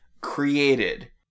created